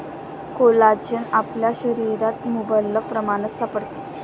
collagen आपल्या शरीरात मुबलक प्रमाणात सापडते